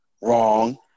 Wrong